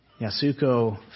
Yasuko